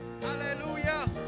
Hallelujah